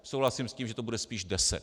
Souhlasím s tím, že to bude spíš deset.